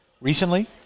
recently